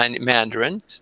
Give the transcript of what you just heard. Mandarin